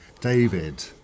David